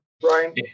Brian